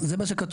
זה מה שכתוב,